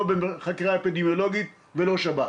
לא בחקירה אפידמיולוגית ולא בשב"כ.